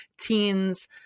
Teens